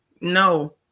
no